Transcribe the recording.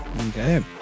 okay